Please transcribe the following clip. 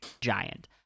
giant